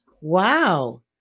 Wow